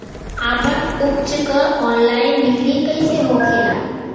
आपन उपज क ऑनलाइन बिक्री कइसे हो सकेला?